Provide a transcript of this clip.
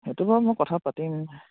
সেইটো বাৰু মই কথা পাতিম